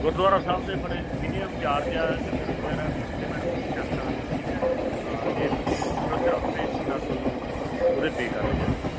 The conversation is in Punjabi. ਗੁਰਦੁਆਰਾ ਸਾਹਿਬ ਦੇ ਬੜੇ ਮੀਨੀਅਮ ਚਾਰਜ ਆ ਲੰਗਰ ਵਗੈਰਾ ਵੀ ਉੱਥੇ ਮੈਡਮ ਤੁਸੀਂ ਛੱਕ ਸਕਦੇ ਹੋ ਠੀਕ ਆ ਜੇ ਤੁਸੀਂ ਹੋਟਲ 'ਚ ਰਹੋਂਗੇ ਤਾਂ ਤੁਹਾਨੂੰ ਉਹਦੇ ਪੇ ਕਰਨੇ ਪੈਣਗੇ